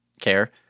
care